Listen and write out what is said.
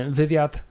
wywiad